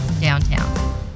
downtown